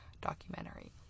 documentary